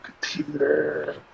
computer